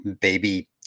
baby